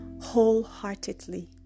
wholeheartedly